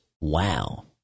Wow